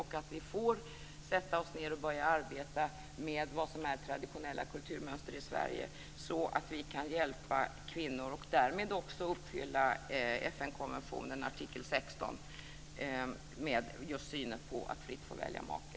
Då får vi sätta oss ned och börja arbeta med vad som är traditionella kulturmönster i Sverige så att vi kan hjälpa kvinnor, och därmed också uppfylla FN konventionens artikel 16 när det gäller synen på att fritt få välja make.